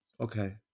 Okay